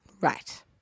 Right